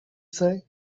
say